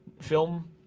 film